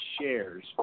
shares